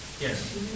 Yes